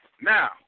Now